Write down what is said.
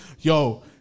yo